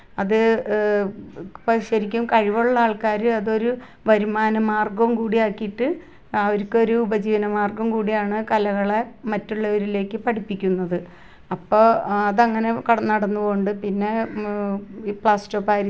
പിന്നെ മഴക്കാലത്ത് മഴക്കാലത്ത് ആണെങ്കിൽ അത് ശക്തിയായ മഴയൊക്കെ പെയ്യുകയാണെങ്കിൽ ഞാൻ പരമാവധി എൻ്റെ ചെടികൾ വെള്ളം കുത്തി വീഴുന്നിടടത്ത് നിന്ന് മാറ്റി വയ്ക്കും അതല്ല എങ്കിൽ ഈ ചെടികൾ പ്ലാസ്റ്റിക്ക് ഗ്രോ ബാഗിലൊക്കെ ആണ് നട്ടത് എന്നുണ്ടെങ്കിൽ ചെറിയ ചെറിയ ഹോളുകൾ ഞാൻ ഉണ്ടാക്കും